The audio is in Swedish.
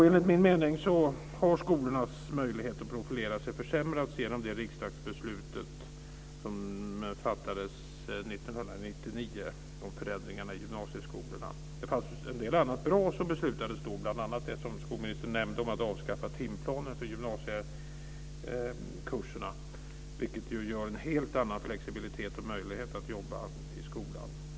Enligt min mening har skolornas möjligheter att profilera sig försämrats genom det riksdagsbeslut som fattades 1999 om förändringar i gymnasieskolorna. Det fanns en del annat bra som beslutades då, bl.a. det som skolministern nämnde om att avskaffa timplanen för gymnasiekurserna. Det ger en helt annan flexibilitet och möjlighet att jobba i skolan.